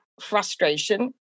frustration